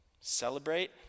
Celebrate